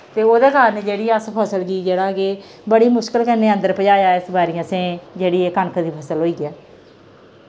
ते ओह्दे कारण जेह्ड़ी अस फसल गी जेह्ड़ा कि बड़ी मुश्कल कन्नै अंदर पजाया इस बारी असें जेह्ड़ी एह् कनक दी फसल होइयै